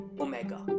Omega